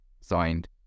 signed